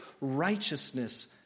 righteousness